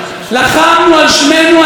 אנשים מתו על קידוש השם,